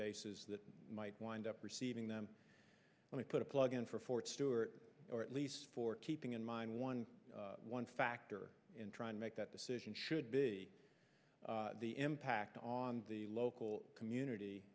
bases that might wind up receiving them when i put a plug in for fort stewart or at least for keeping in mind one one factor in trying to make that decision should be the impact on the local community